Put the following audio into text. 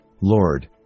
Lord